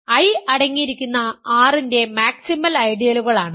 I അടങ്ങിയിരിക്കുന്ന R ന്റെ maximal ഐഡിയലുകൾ ആണ്